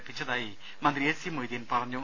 ലഭിച്ചതായി മന്ത്രി എ സി മൊയ്തീൻ പറഞ്ഞു